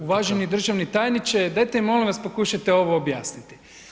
Uvaženi državni tajniče dajte mi molim vas pokušajte ovo objasniti.